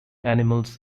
animals